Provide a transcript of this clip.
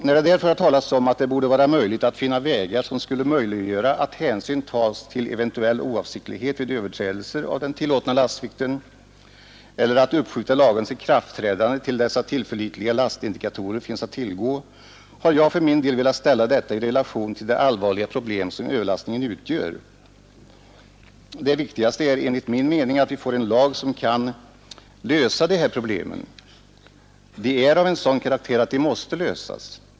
När det därför har talats om att det borde vara möjligt att finna vägar som skulle möjliggöra att hänsyn tas till eventuell oavsiktlighet vid överträdelser av den tillåtna lasten eller om att uppskjuta lagens ikraftträdande till dess tillförlitliga lastindikatorer finns att tillgå har jag för min del velat ställa detta i relation till det allvarliga problem som överlastning utgör. Det viktigaste är enligt min mening att vi får en lag som kan lösa de här problemen. De är av en sådan karaktär att de måste lösas.